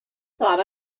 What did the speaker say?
thought